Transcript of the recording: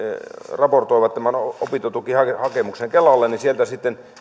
raportoivat tämän opintotukihakemuksen kelalle siellä sitten